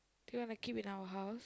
do you wanna keep in our house